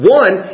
one